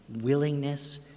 willingness